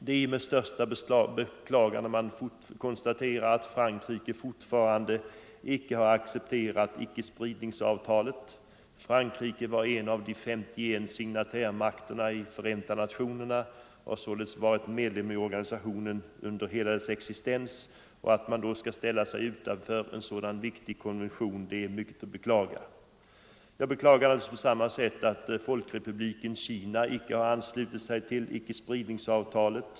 Det är med största beklagande man konstaterar att Frankrike fortfarande inte har accepterat icke-spridningsavtalet. Frankrike var en av de 51 signatärmakterna i Förenta nationerna och har således varit med i organisationen under hela dess existens. Att man då ställer sig utanför en så viktig konvention är bara att djupt beklaga. På samma sätt beklagar jag att folkrepubliken Kina inte har anslutit sig till icke-spridningsavtalet.